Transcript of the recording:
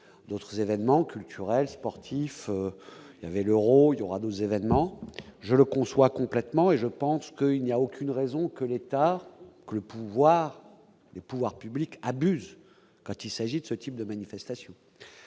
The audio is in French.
d'autres événements culturels, sportifs il y avait l'Euro, il y aura 2 événements, je le conçois complètement et je pense que il n'y a aucune raison que l'État, le pouvoir, les pouvoirs publics abuse quand il s'agit de ce type de manifestation.